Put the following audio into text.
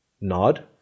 nod